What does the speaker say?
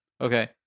Okay